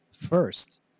First